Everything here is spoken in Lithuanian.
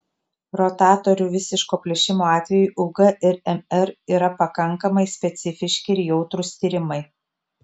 rotatorių visiško plyšimo atveju ug ir mr yra pakankamai specifiški ir jautrūs tyrimai